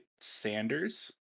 Sanders